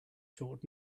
short